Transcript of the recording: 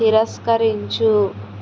తిరస్కరించు